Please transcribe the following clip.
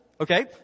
okay